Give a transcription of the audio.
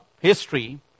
history